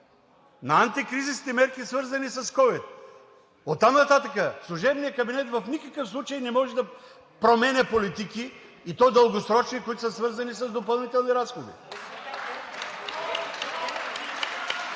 на антикризисните мерки, свързани с ковид. Оттам нататък служебният кабинет в никакъв случай не може да променя политики, и то дългосрочни, които са свързани с допълнителни разходи.